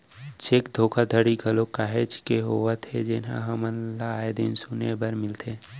cheque धोखाघड़ी घलोक काहेच के होवत हे जेनहा हमन ल आय दिन सुने बर मिलथे